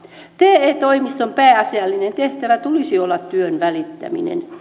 te toimiston pääasiallinen tehtävä tulisi olla työn välittäminen